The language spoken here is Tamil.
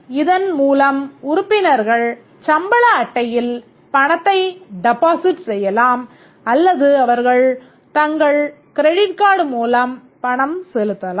இதன் மூலம் உறுப்பினர்கள் சம்பள அட்டையில் பணத்தை டெபாசிட் செய்யலாம் அல்லது அவர்கள் தங்கள் கிரெடிட் கார்டு மூலம் பணம் செலுத்தலாம்